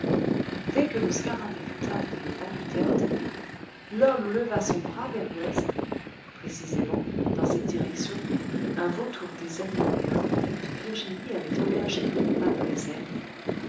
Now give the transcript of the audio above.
dès que le scarabée fut arrivé au bas du tertre l'homme leva son bras vers l'ouest précisément dans cette direction un vautour des agneaux et un grand-duc de virginie avaient engagé un combat dans les airs